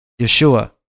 Yeshua